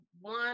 one